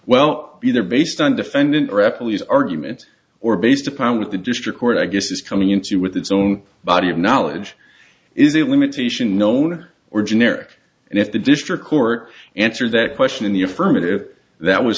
well be there based on defendant repl his argument or based upon it the district court i guess is coming into with its own body of knowledge is it limitation known or generic and if the district court answer that question in the affirmative that was